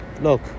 Look